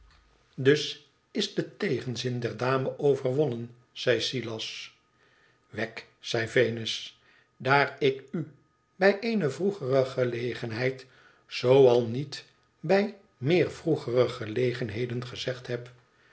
dus is de tegenzin der dame overwonnen zei silas wegg zei venus t daar ik u bij eene vroegere gelegenheid zoo al niet bij meer vroegere gelegenheden gezegd heb